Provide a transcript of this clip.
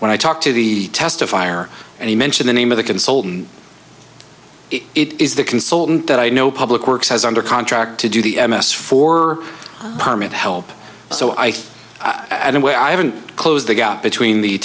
when i talked to the testifier and he mention the name of the consultant it is the consultant that i know public works has under contract to do the m s for permit help so i think i don't way i haven't closed the gap between the